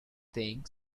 think